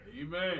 Amen